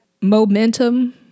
momentum